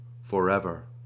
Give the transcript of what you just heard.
forever